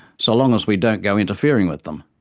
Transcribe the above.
so long as we don't go interfering with them.